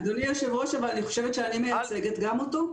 אדוני היושב-ראש, אני חושבת שאני מייצגת גם אותו.